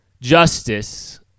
justice